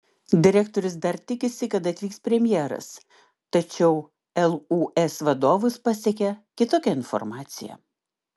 direktorius dar tikisi kad atvyks premjeras tačiau lūs vadovus pasiekė kitokia informacija